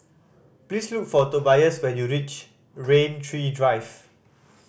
please look for Tobias when you reach Rain Tree Drive